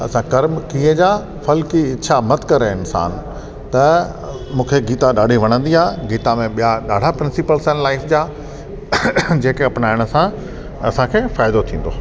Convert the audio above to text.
असां कर्म किए जा फल की इच्छा मत कर ऐं इंसानु त मूंखे गीता ॾाढी वणंदी आहे गीता में ॿिया ॾाढा प्रिंसिपल्स आहिनि लाइफ जा जेके अपनाइण सां असांखे फ़ाइदो थींदो